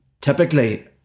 typically